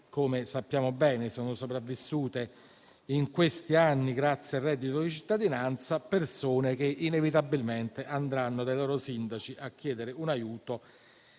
come sappiamo bene - sono sopravvissute in questi anni grazie al reddito di cittadinanza; persone che inevitabilmente andranno dai loro sindaci a chiedere un aiuto